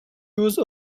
use